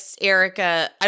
Erica –